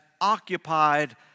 occupied